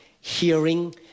hearing